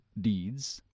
deeds